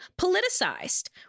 politicized